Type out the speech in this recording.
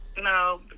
No